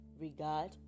regard